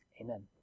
amen